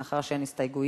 מאחר שאין הסתייגויות.